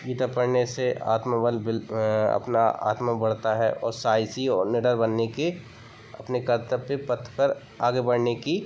गीता पढ़ने से आत्मबल बल अपना आत्म बढ़ता है और साहसी और निडर बनने के अपने कर्तव्य पथ पर आगे बढ़ने की